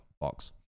box